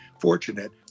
fortunate